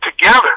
together